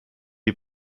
die